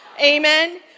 Amen